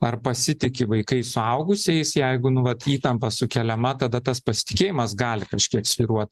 ar pasitiki vaikai suaugusiais jeigu nu vat įtampa sukeliama tada tas pasitikėjimas gali kažkiek svyruot